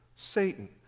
Satan